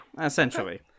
essentially